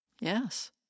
Yes